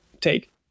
take